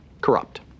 Corrupt